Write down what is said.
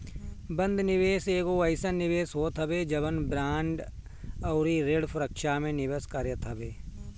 बंध निवेश एगो अइसन निवेश होत हवे जवन बांड अउरी ऋण सुरक्षा में निवेश करत हवे